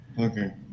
Okay